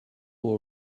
will